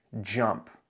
jump